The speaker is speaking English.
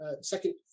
second